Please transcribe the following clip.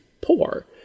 poor